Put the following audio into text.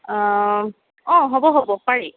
অঁ হ'ব হ'ব পাৰি